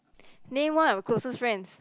name one of your closest friends